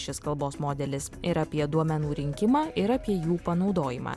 šis kalbos modelis ir apie duomenų rinkimą ir apie jų panaudojimą